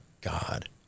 God